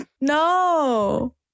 No